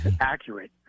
accurate